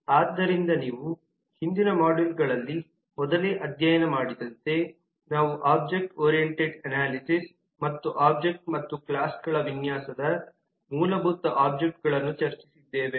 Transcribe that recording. ಆದ್ದರಿಂದ ನೀವು ಹಿಂದಿನ ಮಾಡ್ಯೂಲ್ಗಳಲ್ಲಿ ಮೊದಲೇ ಅಧ್ಯಯನ ಮಾಡಿದಂತೆ ನಾವು ಒಬ್ಜೆಕ್ಟ್ ಓರಿಯಂಟೆಡ್ ಅನಾಲಿಸಿಸ್ ಮತ್ತು ಒಬ್ಜೆಕ್ಟ್ ಮತ್ತು ಕ್ಲಾಸ್ಗಳ ವಿನ್ಯಾಸದ ಮೂಲಭೂತ ಆಬ್ಜೆಕ್ಟ್ಗಳನ್ನು ಚರ್ಚಿಸಿದ್ದೇವೆ